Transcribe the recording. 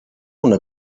una